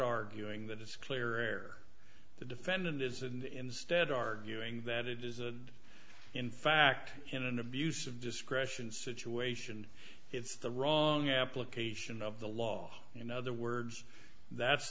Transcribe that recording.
arguing that it's clear the defendant is and instead arguing that it is and in fact in an abuse of discretion situation it's the wrong application of the law in other words that's